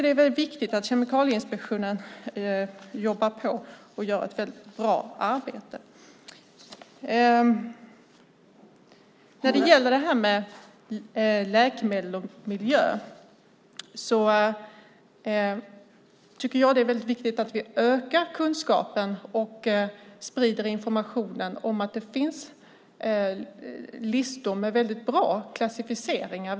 Det är väldigt viktigt att Kemikalieinspektionen jobbar på och gör ett mycket bra arbete När det gäller frågan om läkemedel och miljö är det viktigt att vi ökar kunskapen och sprider information om att det finns listor med väldigt bra klassificeringar.